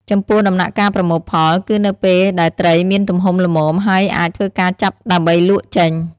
ចំពោះដំណាក់កាលប្រមូលផល គឺនៅពេលដែលត្រីមានទំហំល្មម ហើយអាចធ្វើការចាប់ដើម្បីលក់ចេញ។